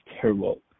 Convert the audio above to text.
terrible